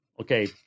okay